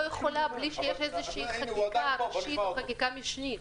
יכולה בלי שיש איזו שהיא חקיקה ראשית או חקיקה משנית.